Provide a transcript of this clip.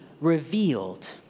revealed